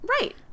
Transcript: Right